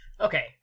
Okay